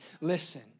Listen